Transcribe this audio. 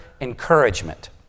encouragement